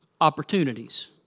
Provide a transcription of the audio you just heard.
opportunities